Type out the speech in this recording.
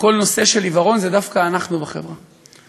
בכל הנושא של עיוורון, זה דווקא אנחנו, בחברה.